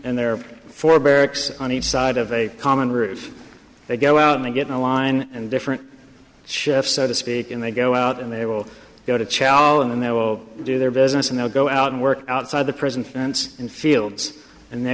and there are four barracks on each side of a common roof they go out and get in a line and different shifts so to speak and they go out and they will go to chalo and they will do their business and they'll go out and work outside the prison and in fields and they